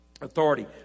Authority